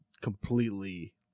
completely